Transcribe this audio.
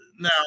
Now